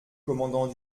commandant